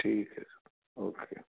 ٹھیک ہے sir okay